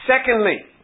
Secondly